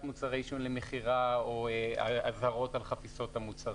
שנוגעות לעניין של עסקים או פעילות של עסקים.